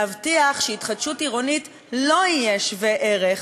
להבטיח שהתחדשות עירונית לא תהיה שווה ערך,